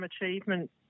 Achievement